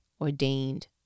ordained